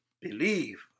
believe